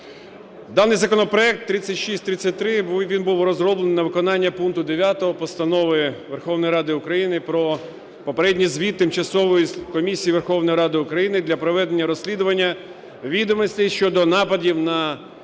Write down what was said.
Даний законопроект 3633 був розроблений на виконання пункту 9 Постанови Верховної Ради України "Про попередній звіт Тимчасової комісії Верховної Ради України для проведення розслідування відомостей щодо нападів на Катерину